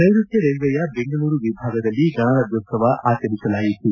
ನೈರುತ್ತ ರೈಲ್ವೆಯ ಬೆಂಗಳೂರು ವಿಭಾಗದಲ್ಲಿ ಗಣರಾಜ್ಗೋತ್ಸವ ಆಚರಿಸಲಾಯಿತು